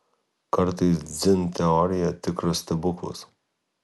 kartais dzin teorija tikras stebuklas